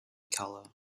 color